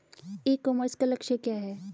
ई commerce का लक्ष्य क्या है?